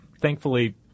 thankfully